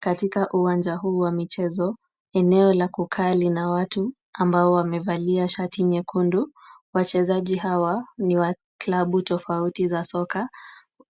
Katika uwanja huu wa michezo, eneo la kukaa lina watu ambao wamevalia shati nyekundu. Wachezaji hawa ni wa klabu tofauti za soka.